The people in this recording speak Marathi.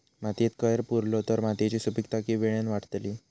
मातयेत कैर पुरलो तर मातयेची सुपीकता की वेळेन वाडतली?